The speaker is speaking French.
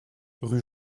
rue